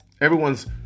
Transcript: Everyone's